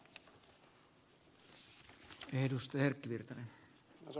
arvoisa puhemies